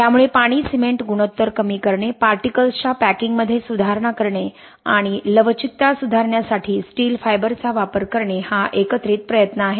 त्यामुळे पाणी सिमेंट गुणोत्तर कमी करणे पार्टिकल्स च्या पॅकिंगमध्ये सुधारणा करणे आणि लवचिकता सुधारण्यासाठी स्टील फायबरचा वापर करणे हा एकत्रित प्रयत्न आहे